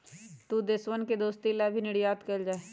दु देशवन के दोस्ती ला भी निर्यात कइल जाहई